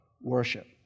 worship